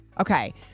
Okay